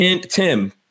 Tim